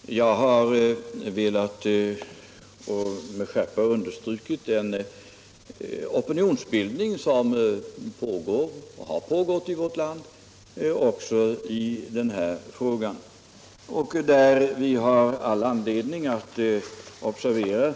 Herr talman! Jag har velat, med skärpa, understryka den opinionsbildning som pågår och som har pågått i vårt land också i denna fråga och där vi har all anledning att observera